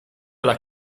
alla